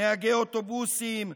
נהגי אוטובוסים,